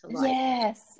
yes